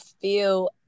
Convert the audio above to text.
feel